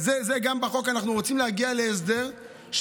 אנחנו רוצים להגיע להסדר גם בחוק,